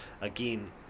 again